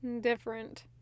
different